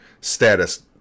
status